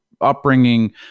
upbringing